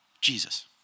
Jesus